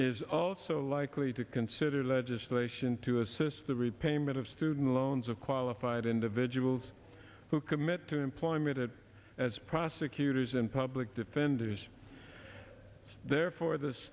is also likely to consider legislation to assist the a matter of student loans of qualified individuals who commit to employment it as prosecutors and public defenders therefore this